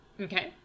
Okay